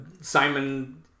Simon